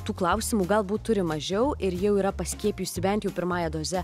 tų klausimų galbūt turi mažiau ir jau yra paskiepijusi bent jų pirmąja doze